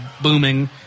booming